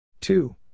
Two